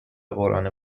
قرآن